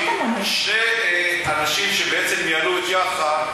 שני אנשים שניהלו את יאח"ה,